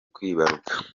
kwibaruka